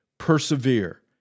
Persevere